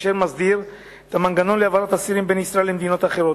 אשר מסדיר את המנגנון להעברת אסירים בין ישראל למדינות אחרות.